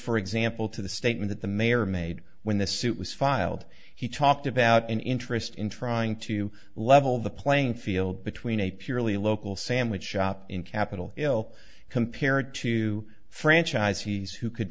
for example to the statement that the mayor made when the suit was filed he talked about an interest in trying to level the playing field between a purely local sandwich shop in capitol hill compared to franchise he's who could